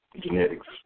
Genetics